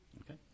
Okay